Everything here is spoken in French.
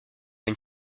une